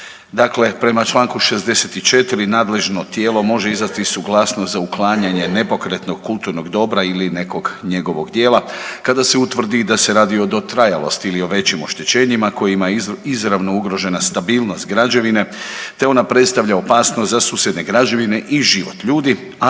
Dakle, prema Članku 64. nadležno tijelo može izdati suglasnost za uklanjanje nepokretnog kulturnog dobra ili nekog njegovog dijela kada se utvrdi da se radi o dotrajalosti ili o većim oštećenjima kojima je izravno ugrožena stabilnost građevine te ona predstavlja opasnost za susjedne građevine i život ljudi, a